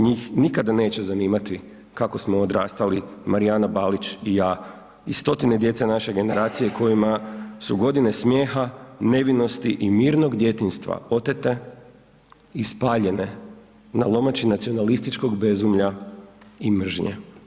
Njih nikada neće zanimati kako smo odrastali Marijana Balić i ja i stotine djece naše generacije kojima su godine smjeha, nevinosti i mirnog djetinjstva otete i spaljene na lomači nacionalističkog bezumlja i mržnje.